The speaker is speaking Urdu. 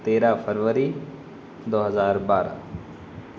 تیرہ فروری دو ہزار بارہ